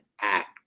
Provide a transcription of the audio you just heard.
act